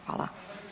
Hvala.